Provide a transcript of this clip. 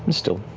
and still.